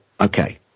okay